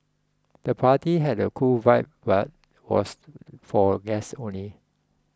the party had a cool vibe but was for guests only